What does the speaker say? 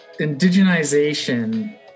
Indigenization